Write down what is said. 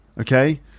Okay